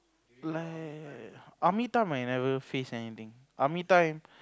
like army I never faced anything army time